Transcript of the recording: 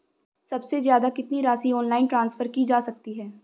सबसे ज़्यादा कितनी राशि ऑनलाइन ट्रांसफर की जा सकती है?